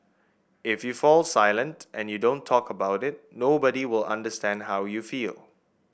if you fall silent and you don't talk about it nobody will understand how you feel